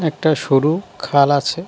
একটা সরু খাল আছে